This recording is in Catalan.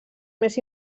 més